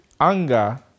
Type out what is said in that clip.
anger